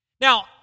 Now